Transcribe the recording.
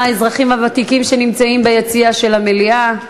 האזרחים הוותיקים שנמצאים ביציע של המליאה,